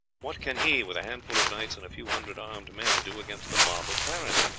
what can he, with a handful of knights and a few hundred armed men, do against the mob of paris?